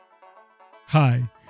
Hi